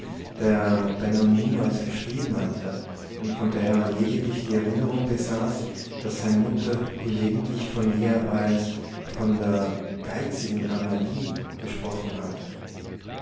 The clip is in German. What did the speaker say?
der benno niemals geschrieben hatte und von der er lediglich die erinnerung besaß daß seine mutter gelegentlich von ihr als von der geizigen amalie gesprochen hatte